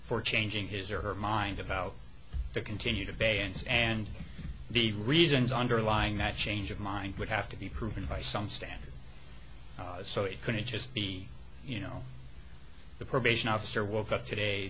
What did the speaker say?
for changing his or her mind about the continued abeyance and the reasons underlying that change of mind would have to be proven by some standards so it could just be you know the probation officer woke up today